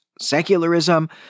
secularism